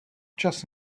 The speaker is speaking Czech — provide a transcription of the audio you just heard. včas